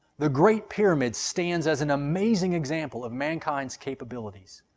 the great pyramid stands as an amazing example of mankind's capabilities.